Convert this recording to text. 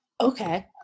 Okay